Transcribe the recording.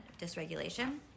dysregulation